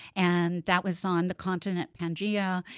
and that was on the continent pangaea.